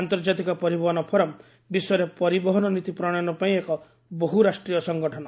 ଆନ୍ତର୍ଜାତିକ ପରିବହନ ଫୋରମ୍ ବିଶ୍ୱରେ ପରିବିହନ ନୀତି ପ୍ରଣୟନ ପାଇଁ ଏକ ବହୁରାଷ୍ଟ୍ରୀୟ ସଙ୍ଗଠନ